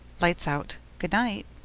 lights out. good night.